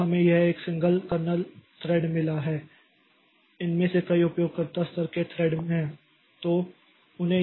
तो हमें यहाँ एक सिंगल कर्नेल थ्रेड मिला है इनमें से कई उपयोगकर्ता स्तर के थ्रेडहैं